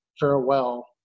farewell